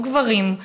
או גברים,